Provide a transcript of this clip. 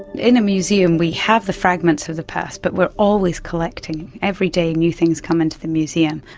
in a museum we have the fragments of the past but we are always collecting. every day new things come in to the museum.